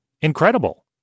incredible